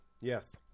Yes